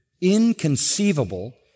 inconceivable